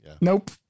Nope